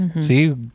See